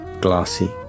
glassy